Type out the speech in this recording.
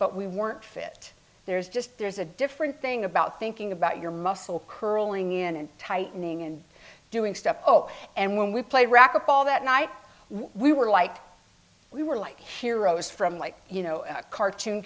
but we weren't fit there's just there's a different thing about thinking about your muscle curling in and tightening and doing stuff oh and when we play racquetball that night we were like we were like heroes from like you know cartoon